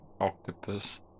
octopus